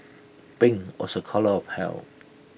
pink was A colour of health